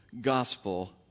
gospel